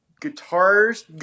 guitars